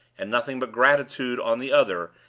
and nothing but gratitude on the other,